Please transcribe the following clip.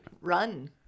run